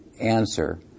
answer